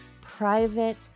private